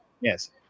yes